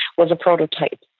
was a prototype.